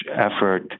effort